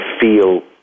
feel